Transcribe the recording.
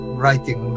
writing